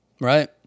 Right